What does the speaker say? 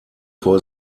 vor